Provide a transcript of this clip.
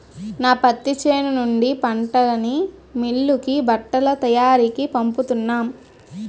నా పత్తి చేను నుండి పంటని మిల్లుకి బట్టల తయారికీ పంపుతున్నాం